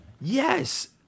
Yes